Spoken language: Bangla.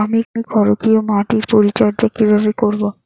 আমি ক্ষারকীয় মাটির পরিচর্যা কিভাবে করব?